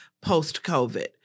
post-COVID